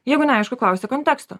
jeigu neaišku klausti konteksto